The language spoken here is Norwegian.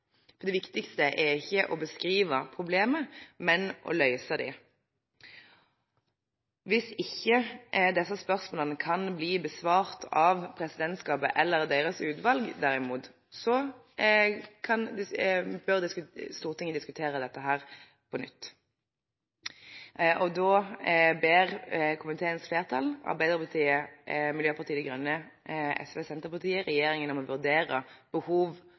Det viktigste er ikke å beskrive problemet, men å løse det. Hvis disse spørsmålene derimot ikke kan bli besvart av presidentskapet eller deres utvalg, bør Stortinget diskutere dette på nytt. Komiteens flertall – Arbeiderpartiet, Miljøpartiet De Grønne, SV og Senterpartiet – ber regjeringen om å vurdere